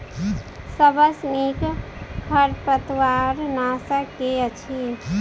सबसँ नीक खरपतवार नाशक केँ अछि?